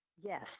Yes